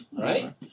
Right